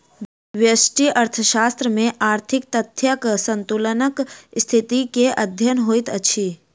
व्यष्टि अर्थशास्त्र में आर्थिक तथ्यक संतुलनक स्थिति के अध्ययन होइत अछि